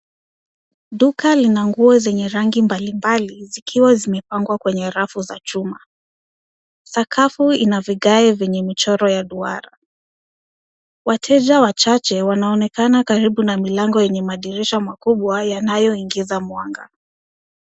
Duka lina nguo zenye rangi mbalimbali zikiwa zimepangwa kwenye rafu za chuma. Sakafu ina vigae vyenye michoro ya duara. Wateja wachache wanaonekana karibu na milango yenye madirisha makubwa yanayoingiza mwanga.